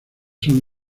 son